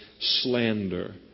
slander